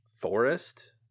forest